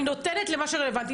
אני נותנת למה שרלבנטי.